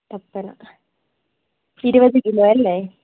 ഇരുപത് കിലോ അല്ലേ